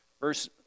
verse